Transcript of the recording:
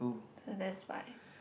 so that's why